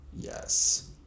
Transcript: yes